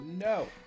No